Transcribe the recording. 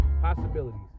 Possibilities